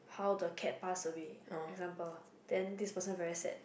how do a cat passed away example then this person very sad